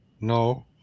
No